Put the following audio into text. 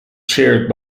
chaired